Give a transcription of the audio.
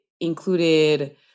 included